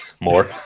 more